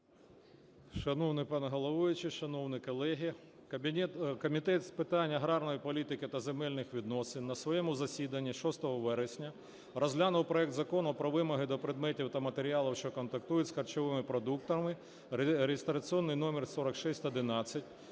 Шановний пане головуючий, шановні колеги, Комітет з питань аграрної політики та земельних відносин на своєму засіданні 6 вересня розглянув проект Закону про вимоги до предметів та матеріалів, що контактують з харчовими продуктами (реєстраційний номер 4611),